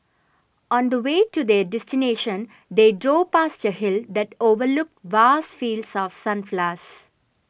on the way to their destination they drove past a hill that overlooked vast fields of